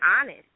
honest